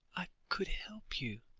i could help you,